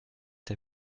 der